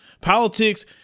Politics